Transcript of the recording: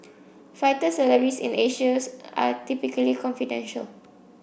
fighter salaries in Asia's are typically confidential